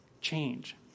change